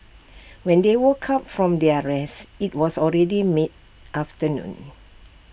when they woke up from their rest IT was already mid afternoon